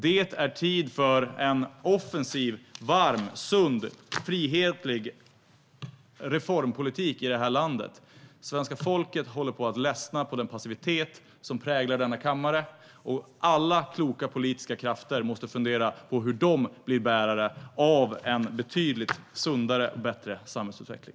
Det är tid för en offensiv, varm, sund och frihetlig reformpolitik i det här landet. Svenska folket håller på att ledsna på den passivitet som präglar denna kammare. Alla kloka politiska krafter måste fundera på hur de blir bärare av en betydligt sundare och bättre samhällsutveckling.